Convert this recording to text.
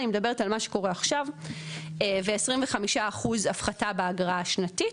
אני מדברת על מה שקורה עכשיו ו-25 אחוז הפחתה באגרה השנתית.